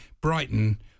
Brighton